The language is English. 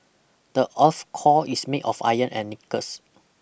the earth core is made of iron and knickers